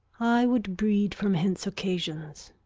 i would breed from hence occasions,